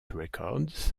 records